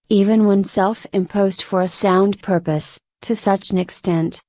even when self imposed for a sound purpose, to such an extent,